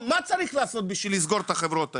מה צריך לעשות בשביל לסגור את החברות האלו?